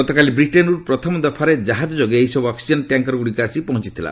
ଗତକାଲି ବ୍ରିଟେନରୁ ପ୍ରଥମ ଦଫାରେ ଜାହାଜ ଯୋଗେ ଏହିସବୁ ଅକ୍ସିଜେନ ଟ୍ୟାଙ୍କରଗୁଡିକ ଆସି ପହଞ୍ଚୁଛି